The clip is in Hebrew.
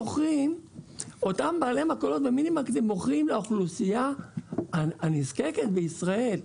אותם בעלי מכולות ומינימרקטים מוכרים לאוכלוסייה הנזקקת בישראל,